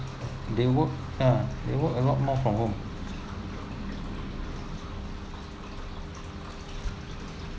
they work ya they work a lot more from home